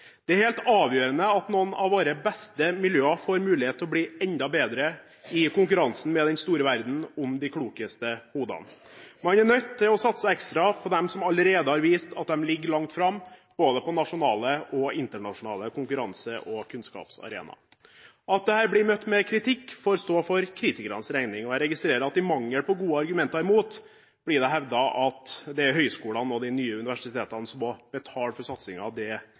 Det er helt avgjørende at noen av våre beste miljøer får mulighet til å bli enda bedre i konkurransen med den store verden om de klokeste hodene. Man er nødt til å satse ekstra på dem som allerede har vist at de ligger langt framme på både nasjonale og internasjonale konkurranse- og kunnskapsarenaer. At dette blir møtt med kritikk, får stå for kritikernes regning, og jeg registrerer at det i mangel på gode argumenter imot blir hevdet at det er høyskolene og de nye universitetene som må betale for satsingen. Det